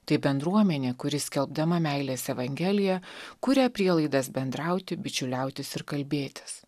tai bendruomenė kuri skelbdama meilės evangeliją kuria prielaidas bendrauti bičiuliautis ir kalbėtis